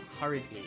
hurriedly